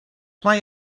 mai